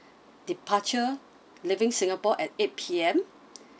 departure leaving singapore at eight P_M